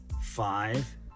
Five